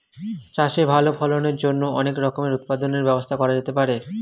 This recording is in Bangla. চাষে ভালো ফলনের জন্য অনেক রকমের উৎপাদনের ব্যবস্থা করা যেতে পারে